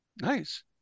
Nice